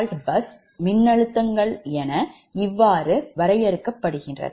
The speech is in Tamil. எனவே prefault பஸ் மின்னழுத்தங்கள் என வரையறுக்கப்படுகின்றன